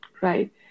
Right